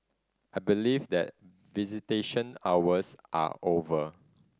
I believe that visitation hours are over